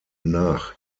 nach